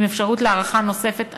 עם אפשרות להארכה נוספת אחת,